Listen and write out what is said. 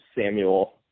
Samuel